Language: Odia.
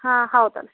ହଁ ହଉ ତାହେଲେ ହଉ